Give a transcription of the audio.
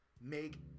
make